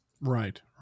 Right